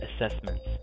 assessments